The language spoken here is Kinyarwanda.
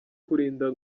kurinda